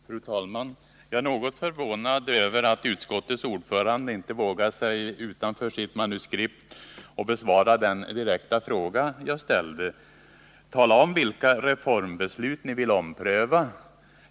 Fru talman! Jag är något förvånad över att utskottets ordförande inte vågade sig utanför sitt manuskript för att besvara den direkta frågan jag ställde: Tala om vilka reformbeslut ni vill ompröva.